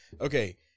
okay